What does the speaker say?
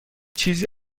چیزی